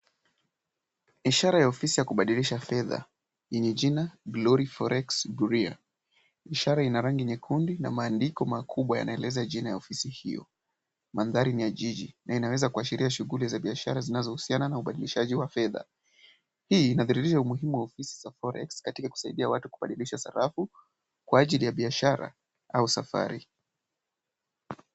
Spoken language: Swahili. Ishara ya ofisi ya kubadilisha fedha yenye jina Glory Forex Bureau. Ishara ina rangi nyekundu, na maandiko makubwa yanaeleza jina ya ofisi hio. Mandhari ni ya jiji na inaweza kuashiria shughuli za biashara zinazohusiana na ubadilishaji wa fedha. Hii inadhahirisha ofisi za Forex katika kubadilisha sarafu kwa ajili ya biashara au safari.